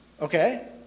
Okay